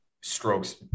strokes